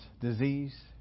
disease